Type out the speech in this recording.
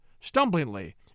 stumblingly